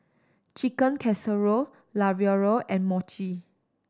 Chicken Casserole Ravioli and Mochi